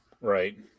Right